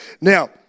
Now